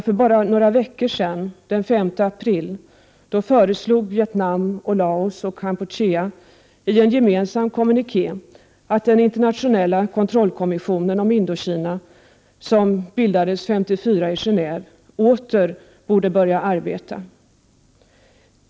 För bara några veckor sedan, den 5 april, föreslog Vietnam, Laos och Kampuchea i en gemensam kommuniké att den internationella kontrollkommissionen beträffande Indokina, som bildades 1954 i Gen&ve, åter borde börja arbeta.